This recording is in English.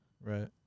Right